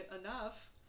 enough